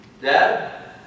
Dad